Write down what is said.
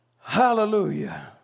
Hallelujah